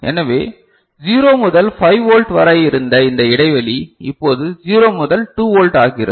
எனவே 0 முதல் 5 வோல்ட் வரை இருந்த இந்த இடைவெளி இப்போது 0 முதல் 2 வோல்ட் ஆகிறது